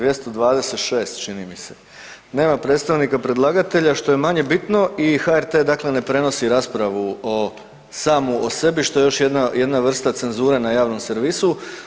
226. čini mi se, nema predstavnika predlagatelja što je manje bitno i HRT ne prenosi raspravu samu o sebi što je još jedna vrsta cenzure na javnom servisu.